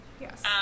Yes